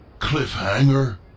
Cliffhanger